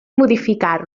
modificar